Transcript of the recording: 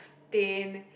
stain